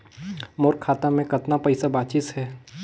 मोर खाता मे कतना पइसा बाचिस हे?